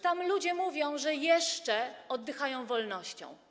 Tam ludzie mówią, że jeszcze oddychają wolnością.